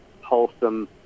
wholesome